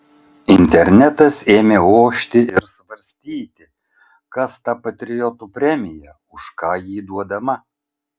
internetas ėmė ošti ir svarstyti kas ta patriotų premija už ką ji duodama